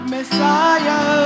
Messiah